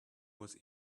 was